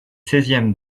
seizièmes